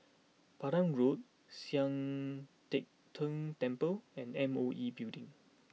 Pandan Road Sian Teck Tng Temple and M O E Building